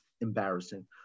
Embarrassing